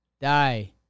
Die